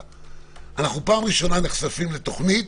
ראשונה נחשפים לתוכנית